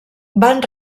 van